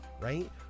right